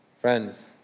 Friends